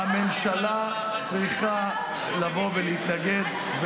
----- הממשלה צריכה לבוא ולהתנגד.